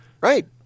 Right